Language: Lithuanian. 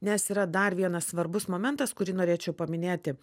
nes yra dar vienas svarbus momentas kurį norėčiau paminėti